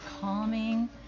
calming